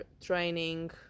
training